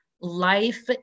life